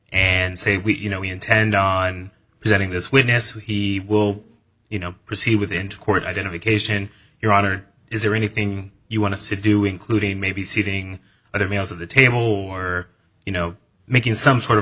and say we you know we intend on presenting this witness we will you know proceed with into court identification your honor is there anything you want to see do including maybe seating other males of the table or you know making some sort of